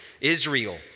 Israel